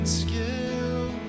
skill